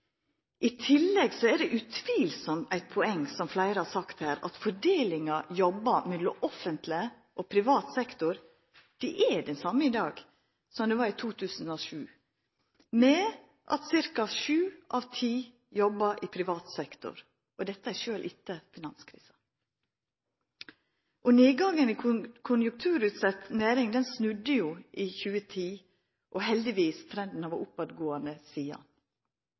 I tillegg er det utvilsamt eit poeng, som fleire har sagt her, at fordelinga av jobbar mellom offentleg og privat sektor er den same i dag som ho var i 2007, nemleg at ca. sju av ti jobbar i privat sektor – sjølv etter finanskrisa. Nedgangen i konjunkturutsette næringar snudde i 2010, og heldigvis har trenden vore aukande sidan.